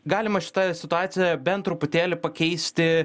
galima šitą situaciją bent truputėlį pakeisti